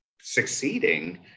succeeding